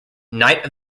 night